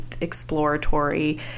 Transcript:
exploratory